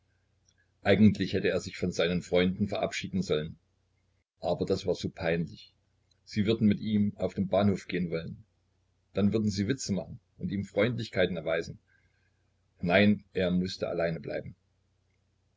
eigentlich hätte er sich von seinen freunden verabschieden sollen aber das war so peinlich sie würden mit ihm auf den bahnhof gehen wollen dann würden sie witze machen und ihm freundlichkeiten erweisen nein er mußte allein bleiben